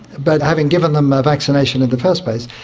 but having given them a vaccination in the first place.